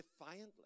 defiantly